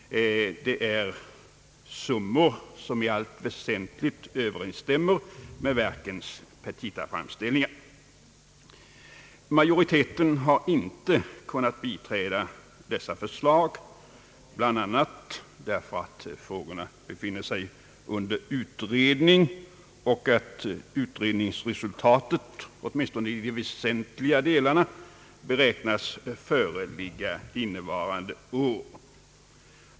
Det är summor som i allt väsentligt överensstämmer med verkens petitaframställningar. Majoriteten har inte kunnat biträda dessa förslag, bl.a. därför att frågorna befinner sig under utredning och därför att utredningsresultatet, åtminstone i de väsentliga delarna, beräknas föreligga innevarande år.